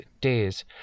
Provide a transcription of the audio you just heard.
days